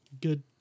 Good